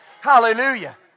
Hallelujah